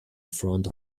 front